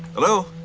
hello.